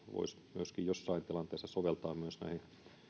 voisi jossain tilanteessa soveltaa myös näihin